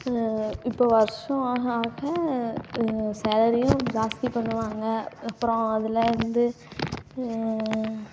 இப்போ வருஷம் ஆக ஆக சேலரியும் ஜாஸ்தி பண்ணுவாங்க அப்புறம் அதுலருந்து